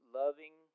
loving